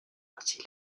ainsi